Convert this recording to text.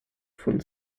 von